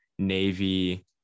navy